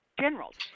generals